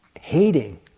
hating